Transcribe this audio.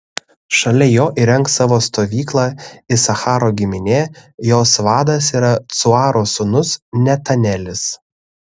šalia jo įrengs savo stovyklą isacharo giminė jos vadas yra cuaro sūnus netanelis